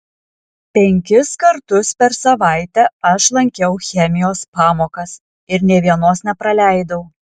penkis kartus per savaitę aš lankiau chemijos pamokas ir nė vienos nepraleidau